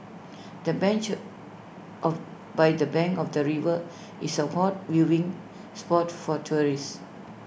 the bench of by the bank of the river is A hot viewing spot for tourists